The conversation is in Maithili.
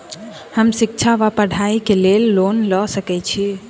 हम शिक्षा वा पढ़ाई केँ लेल लोन लऽ सकै छी?